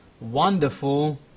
wonderful